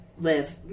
live